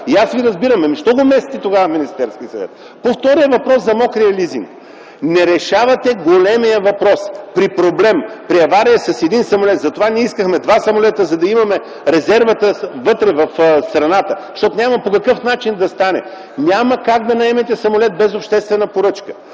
И аз ви разбирам, ами защо го местите тогава в Министерския съвет? По втория въпрос – за „мокрия лизинг”, не решавате големия въпрос. При проблем, при авария с един самолет, за това ние искаме два самолета, за да имаме резервата вътре в страната. Защото, няма по какъв начин да стане. Няма как да наемате самолет без обществена поръчка.